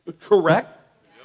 Correct